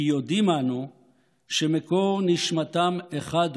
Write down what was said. כי יודעים אנו שמקור נשמתם אחד הוא,